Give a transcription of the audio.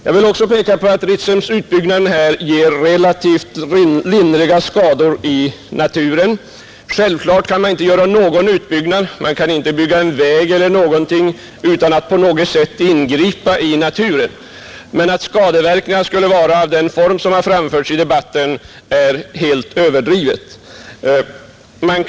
Jag vill peka på att Ritsems utbyggnad ger relativt lindriga skador i naturen. Självfallet kan man inte göra någon utbyggnad — av en väg eller ett annat projekt — utan att på något sätt ingripa i naturen, men att skadeverkningar skulle uppstå i den utsträckning som anförts i debatten är en helt överdriven föreställning.